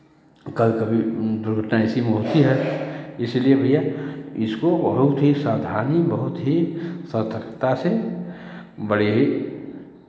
कल कभी दुर्घटना इसी में होती है इसीलिए भैया इसको बहुत ही सावधानी बहुत ही सतर्कता से बड़े ही